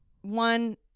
one